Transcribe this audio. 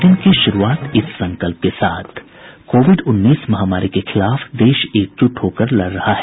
bulletin की शुरूआत इस संकल्प के साथ कोविड उन्नीस महामारी के खिलाफ देश एकजुट होकर लड़ रहा है